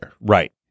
Right